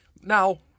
Now